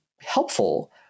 helpful